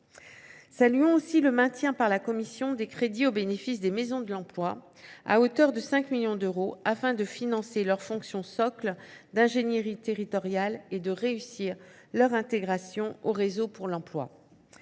Saluons aussi le maintien par la commission des crédits au bénéfice des maisons de l’emploi à hauteur de 5 millions d’euros, afin de financer leurs fonctions socles d’ingénierie territoriale et de réussir leur intégration au sein du réseau pour l’emploi.